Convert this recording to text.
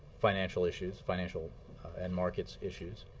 financial issues financial and markets issues.